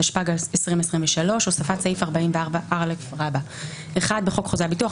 התשפ"ג-2023 הוספת סעיף 44א1.בחוק חוזה הביטוח,